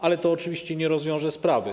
Ale to oczywiście nie rozwiąże sprawy.